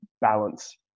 balance